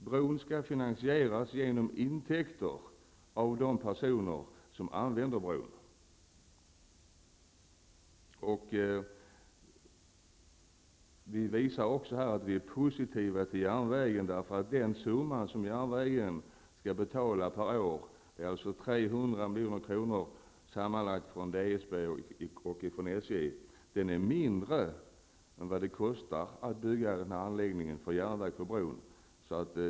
Bron skall finansieras med hjälp av intäkter från dem som använder bron. Vi har en positiv inställning till järnvägen. Den summa om sammanlagt 300 milj.kr. per år som skall betalas av DSB och SJ är mindre än vad det kostar att bygga anläggningen.